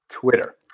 Twitter